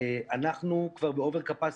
אנחנו כבר באובר קפסיטי.